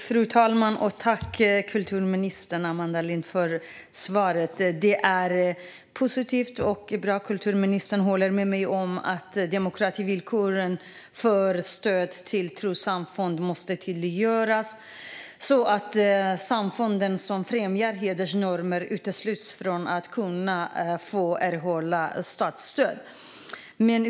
Fru talman! Jag tackar kulturminister Amanda Lind för svaret. Det är positivt att kulturministern håller med mig om att demokrativillkoret för stöd till trossamfund måste tydliggöras så att "trossamfund som främjar hedersnormer utesluts från att kunna få statligt stöd".